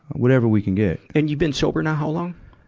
whatever we could get. and you've been sober now, how long?